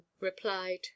replied